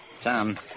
Tom